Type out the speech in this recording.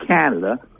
Canada